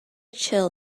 chill